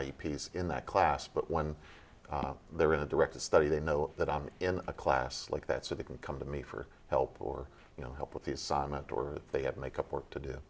piece in that class but when they're in the direct study they know that i'm in a class like that so they can come to me for help or you know help with the assignment or they have make up work to do